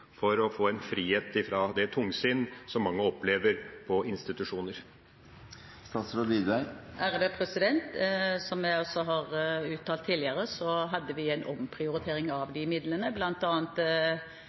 få en frihet fra det tungsinn som mange opplever på institusjoner? Som jeg også har uttalt tidligere, hadde vi en omprioritering av